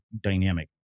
dynamic